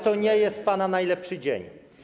To nie jest pana najlepszy dzień.